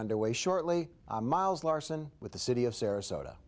underway shortly miles larson with the city of sarasota